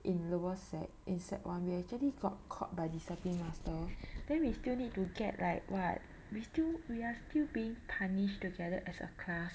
in lower sec in sec one we actually got caught by discipline master then we still need to get like what we still we are still being punished together as a class